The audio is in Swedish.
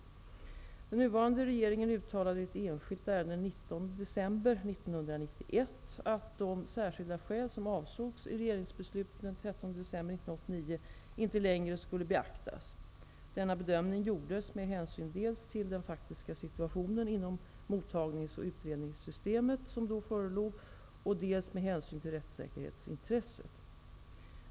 Den nuvarande regeringen uttalade i ett enskilt ärende, den 19 december 1991, att de särskilda skäl som avsågs i regeringsbeslutet från den 13 december 1989 inte längre skulle beaktas. Denna bedömning gjordes med hänsyn dels till den faktiska situation inom mottagnings och utredningssystemet som då förelåg, dels till rättssäkerhetsintresset.